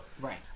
right